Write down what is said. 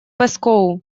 пэскоу